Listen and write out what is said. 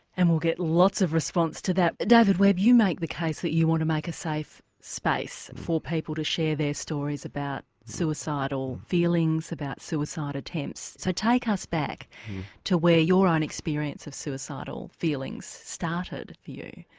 and we'll get lots of response to that. david webb you make the case that you want to make a safe space for people to share their stories about suicidal feelings, about suicide attempts. so take ah us back to where your own experience of suicidal feelings started for you.